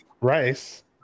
Rice